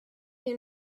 you